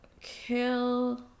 kill